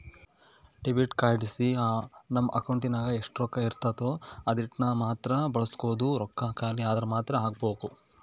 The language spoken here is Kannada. ಡೆಬಿಟ್ ಕಾರ್ಡ್ಲಾಸಿ ನಮ್ ಅಕೌಂಟಿನಾಗ ಎಷ್ಟು ರೊಕ್ಕ ಇರ್ತತೋ ಅದೀಟನ್ನಮಾತ್ರ ಬಳಸ್ಬೋದು, ರೊಕ್ಕ ಖಾಲಿ ಆದ್ರ ಮಾತ್ತೆ ಹಾಕ್ಬಕು